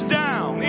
down